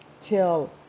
till